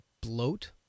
bloat